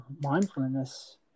mindfulness